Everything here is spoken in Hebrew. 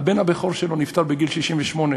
הבן הבכור שלו נפטר בגיל 68,